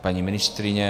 Paní ministryně?